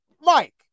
Mike